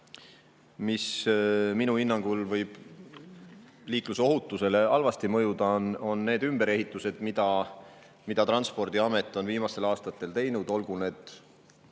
mis minu hinnangul võib liiklusohutusele halvasti mõjuda, on need ümberehitused, mida Transpordiamet on viimastel aastatel teinud, olgu